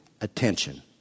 attention